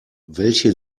welche